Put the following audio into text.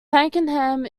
pakenham